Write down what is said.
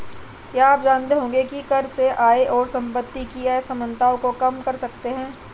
आप जानते होंगे की कर से आय और सम्पति की असमनताओं को कम कर सकते है?